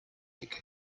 egg